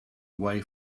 away